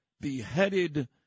beheaded